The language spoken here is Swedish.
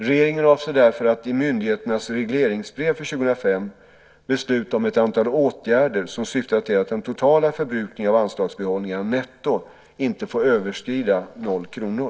Regeringen avser därför att i myndigheternas regleringsbrev för 2005 besluta om ett antal åtgärder som syftar till att den totala förbrukningen av anslagsbehållningarna netto inte får överstiga noll kronor.